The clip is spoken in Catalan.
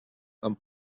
amb